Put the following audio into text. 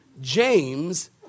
James